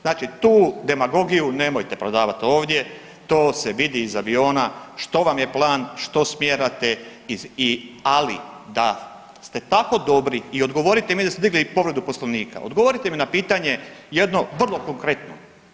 Znači tu demagogiju nemojte prodavati ovdje, to se vidi iz aviona, što vam je plan, što smjerate i, ali da ste tako dobri i odgovorite mi, .../nerazumljivo/... ste digli povredu Poslovnika, odgovorite mi na pitanje jedno vrlo konkretno.